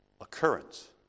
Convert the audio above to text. occurrence